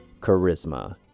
charisma